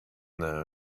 there